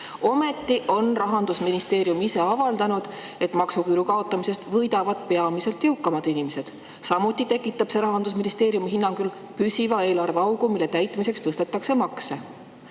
Ometi on Rahandusministeerium ise avaldanud, et maksuküüru kaotamisest võidavad peamiselt jõukamad inimesed. Samuti tekitab see Rahandusministeeriumi hinnangul püsiva eelarveaugu, mille täitmiseks tõstetakse makse.